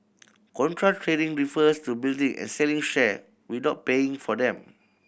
contra trading refers to building and selling share without paying for them